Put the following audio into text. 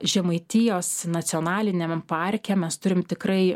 žemaitijos nacionaliniame parke mes turim tikrai